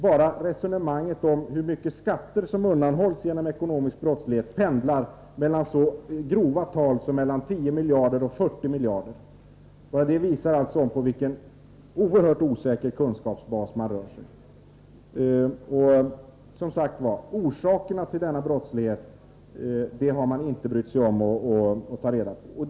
Bara resonemanget om hur mycket skatter som undanhållits genom ekonomisk brottslighet pendlar så kraftigt som mellan 10 miljarder och 40 miljarder. Detta visar på vilken oerhört osäker kunskapsbas man rör sig. Och som sagt: Orsakerna till denna brottslighet har man inte brytt sig om att undersöka.